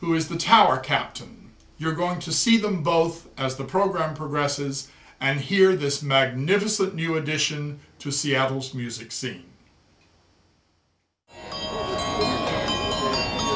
who is the tower captain you're going to see them both as the program progresses and here this magnificent new addition to seattle's music